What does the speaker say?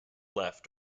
left